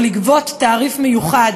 או לגבות תעריף מיוחד.